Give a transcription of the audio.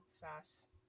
fast